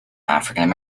african